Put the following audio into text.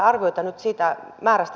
tämä on hyvä asia